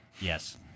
Yes